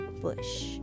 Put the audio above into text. bush